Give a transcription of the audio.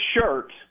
shirt